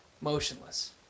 Motionless